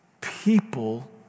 people